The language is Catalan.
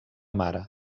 mare